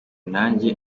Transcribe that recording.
nanjye